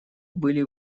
были